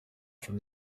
from